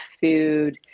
food